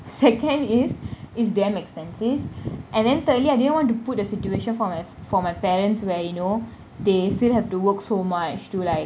second is it's damn expensive and then thirdly I didn't want to put a situation for my for my parents where you know they still have to work so much to like